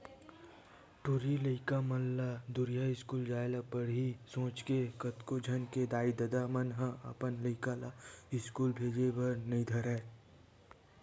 टूरी लइका मन ला दूरिहा इस्कूल जाय ल पड़ही सोच के कतको झन के दाई ददा मन ह अपन लइका ला इस्कूल भेजे बर नइ धरय